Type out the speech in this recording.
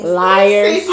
liars